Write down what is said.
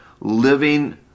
living